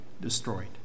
destroyed